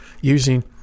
using